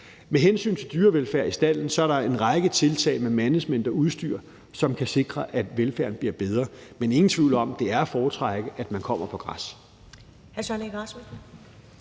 Med hensyn til dyrevelfærd i stalden er der en række tiltag i forbindelse med management og udstyr, som kan sikre, at velfærden bliver bedre, men der er ingen tvivl om, at det er at foretrække, at køerne kommer på græs.